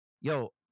Yo